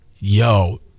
yo